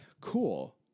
Cool